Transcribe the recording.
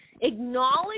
acknowledge